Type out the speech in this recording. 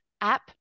app